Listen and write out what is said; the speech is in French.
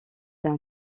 d’un